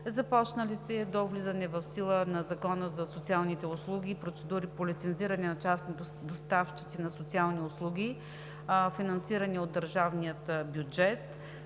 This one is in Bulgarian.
Започналите до влизането в сила на Закона за социалните услуги процедури по лицензиране на частни доставчици на социални услуги, финансирани от държавния бюджет,